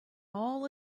all